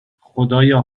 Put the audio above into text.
خدایا